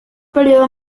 período